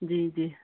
जी जी